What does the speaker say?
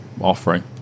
offering